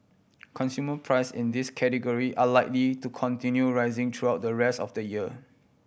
consumer price in these category are likely to continue rising throughout the rest of the year